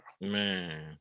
man